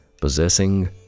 Possessing